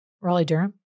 Raleigh-Durham